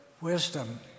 wisdom